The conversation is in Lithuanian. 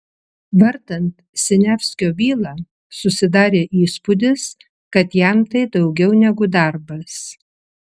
vartant siniavskio bylą susidarė įspūdis kad jam tai daugiau negu darbas